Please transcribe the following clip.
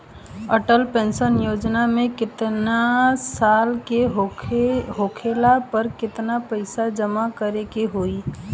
Atal pension योजना मे केतना साल के होला पर केतना पईसा जमा करे के होई?